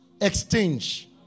exchange